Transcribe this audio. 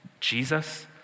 Jesus